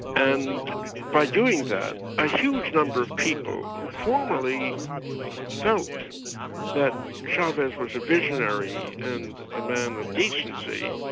and by doing that, a huge number of people who formerly felt that chavez was a visionary and a man of decency,